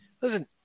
listen